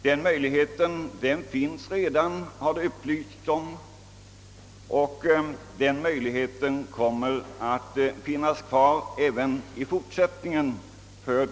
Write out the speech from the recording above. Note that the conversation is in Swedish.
Den möjligheten finns emellertid redan, har det upplysts, och den kommer att finnas kvar även i fortsättningen.